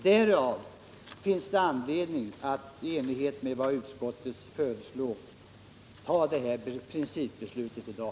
Därför finns det anledning att, i enlighet med vad utskottet föreslår, fatta det här principbeslutet i dag.